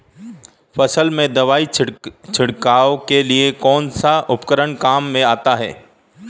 फसल में दवाई छिड़काव के लिए कौनसा उपकरण काम में आता है?